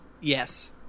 Yes